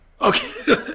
Okay